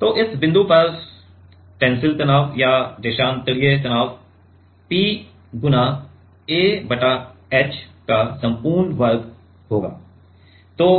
तो इस बिंदु पर इस बिंदु पर टेंसिल तनाव या देशांतरीय तनाव P गुणा a बटा h संपूर्ण वर्ग है